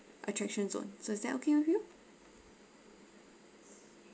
attraction zone so is that okay with you